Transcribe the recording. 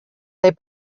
they